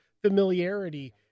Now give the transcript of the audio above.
familiarity